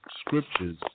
scriptures